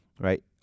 right